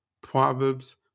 Proverbs